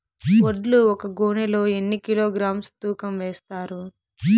వడ్లు ఒక గోనె లో ఎన్ని కిలోగ్రామ్స్ తూకం వేస్తారు?